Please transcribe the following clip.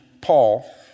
Paul